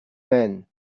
man